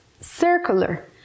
circular